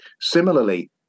similarly